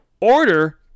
Order